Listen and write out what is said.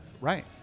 Right